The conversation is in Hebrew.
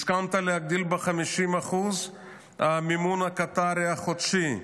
הסכמת להגדיל ב-50% את המימון הקטרי החודשי.